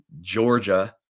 Georgia